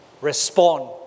respond